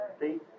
see